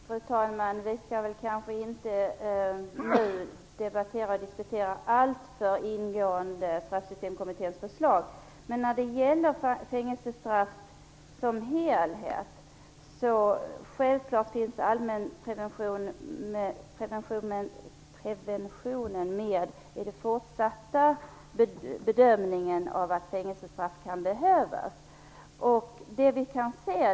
Fru talman! Vi skall kanske inte nu debattera eller diskutera Straffsystemkommitténs förslag alltför ingående. När det gäller fängelsestraffen som helhet är det självklart att allmänpreventionen finns med i den fortsatta bedömningen av att fängelsestraff kan behövas.